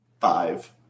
Five